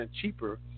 cheaper